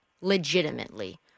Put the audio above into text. legitimately